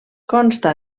consta